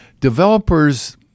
developers